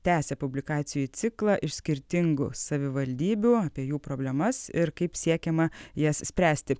tęsia publikacijų ciklą iš skirtingų savivaldybių apie jų problemas ir kaip siekiama jas spręsti